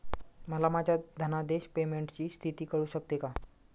मला माझ्या धनादेश पेमेंटची स्थिती कळू शकते का?